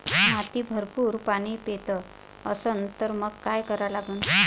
माती भरपूर पाणी पेत असन तर मंग काय करा लागन?